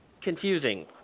confusing